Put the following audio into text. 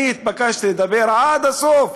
אני התבקשתי לדבר עד הסוף,